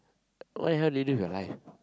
what the hell do you do with your life